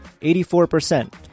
84%